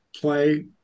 play